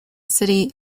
city